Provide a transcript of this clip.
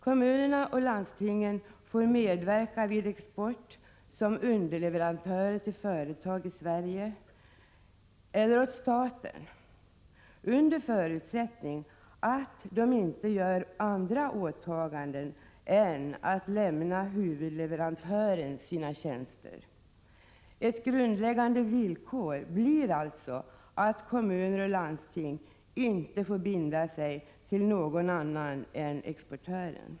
Kommunerna och landstingen skall få medverka i exportverksamhet som underleverantörer till företag i Sverige eller åt staten under förutsättning att de inte gör andra åtaganden än att tillhandahålla tjänster åt huvudleverantören. Ett grundläggande villkor blir alltså att kommuner och landsting inte får binda sig till någon annan än exportören.